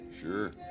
Sure